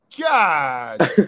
God